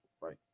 right